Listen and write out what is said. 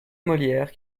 molière